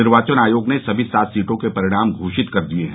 निर्वाचन आयोग ने सभी सात सीटों के परिणाम घोषित कर दिए हैं